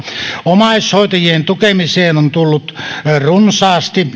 omaishoitajien tukemiseen on tullut runsaasti